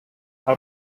how